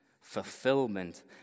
Fulfillment